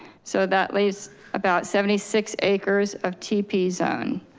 so that leaves about seventy six acres of tp zone.